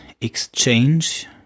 exchange